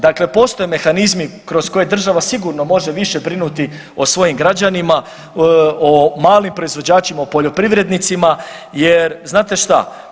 Dakle, postoje mehanizmi kroz koje država sigurno može više brinuti o svojim građanima, o malim proizvođačima, o poljoprivrednicima jer znate šta?